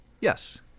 yes